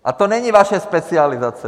A to není vaše specializace.